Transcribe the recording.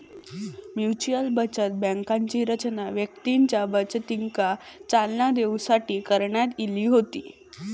mutual बचत बँकांची रचना व्यक्तींच्या बचतीका चालना देऊसाठी करण्यात इली होती